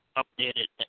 updated